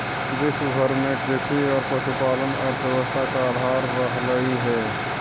विश्व भर में कृषि और पशुपालन अर्थव्यवस्था का आधार रहलई हे